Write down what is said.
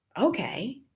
Okay